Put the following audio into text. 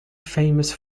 famous